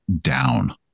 down